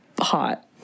hot